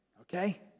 Okay